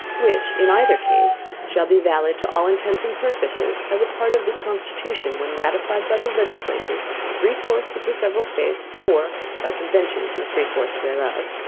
which, in either case, shall be valid to all intents and purposes, as part of this constitution, when ratified by the legislatures of three fourths of the several states, or by conventions in three fourths thereof,